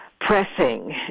pressing